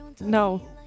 No